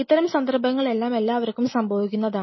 ഇത്തരം സന്ദർഭങ്ങൾ എല്ലാം എല്ലാവർക്കും സംഭവിക്കുന്നതാണ്